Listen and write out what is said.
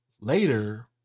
later